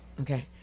okay